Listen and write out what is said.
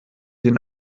den